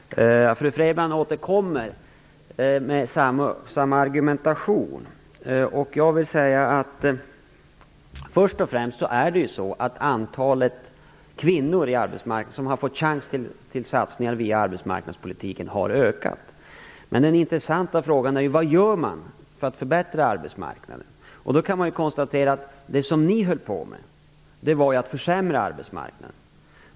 Fru talman! Fru Frebran återkommer med samma argumentation. Först och främst vill jag säga att antalet kvinnor som har fått chans till satsningar via arbetsmarknadspolitiken har ökat. Den intressanta frågan är vad som görs för att förbättra arbetsmarknaden. Man kan då konstatera att den borgerliga regeringen försämrade arbetsmarknaden.